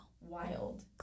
wild